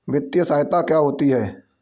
वित्तीय सहायता क्या होती है?